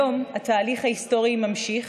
היום התהליך ההיסטורי נמשך,